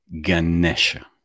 Ganesha